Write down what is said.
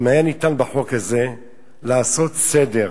אם היה ניתן בחוק הזה לעשות סדר,